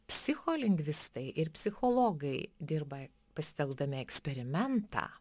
psicholingvistai ir psichologai dirba pasitelkdami eksperimentą